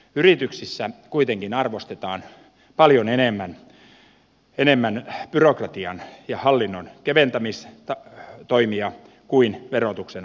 yrityksissä kuitenkin arvostetaan paljon enemmän byrokratian ja hallinnon keventämistoimia kuin verotuksen alentamistoimenpiteitä